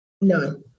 No